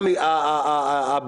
אגב, גם הייתה הסכמה איתך על הדבר הזה.